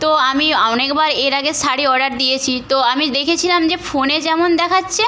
তো আমি আ অনেকবার এর আগে শাড়ি অর্ডার দিয়েছি তো আমি দেখেছিলাম যে ফোনে যেমন দেখাচ্ছে